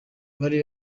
bari